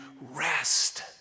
rest